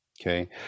Okay